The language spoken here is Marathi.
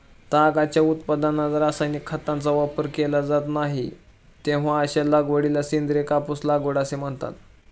तागाच्या उत्पादनात रासायनिक खतांचा वापर केला जात नाही, तेव्हा अशा लागवडीला सेंद्रिय कापूस लागवड असे म्हणतात